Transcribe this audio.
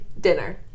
dinner